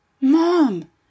Mom